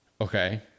Okay